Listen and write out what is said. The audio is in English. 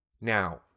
now